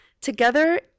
together